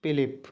philip